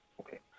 okay